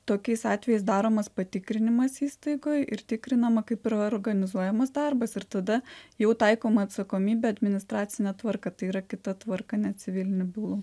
tokiais atvejais daromas patikrinimas įstaigoj ir tikrinama kaip yra organizuojamas darbas ir tada jau taikoma atsakomybė administracine tvarka tai yra kita tvarka ne civilinių bylų